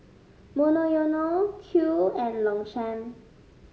Monoyono Qoo and Longchamp